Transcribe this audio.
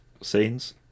scenes